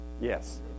Yes